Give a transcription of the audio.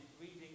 reading